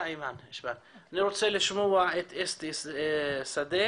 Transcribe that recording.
אני רוצה לשמוע את אסתי שדה,